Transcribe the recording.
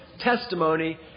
testimony